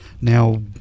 Now